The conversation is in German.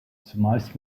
zumeist